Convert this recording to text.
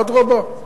אדרבה,